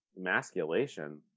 Emasculation